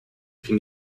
can